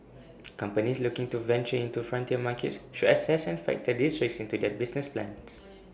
companies looking to venture into frontier markets should assess and factor these risks into their business plans